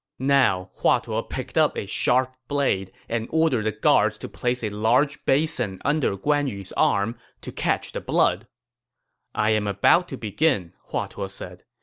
now, hua tuo ah picked up a sharp blade and ordered the guards to place a large basin under guan yu's arm to catch the blood i'm about to begin, hua tuo said.